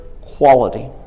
quality